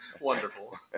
Wonderful